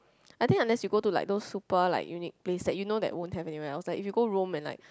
I think unless you go to like those super like unique place that you know that won't have anywhere else like if you go Rome and like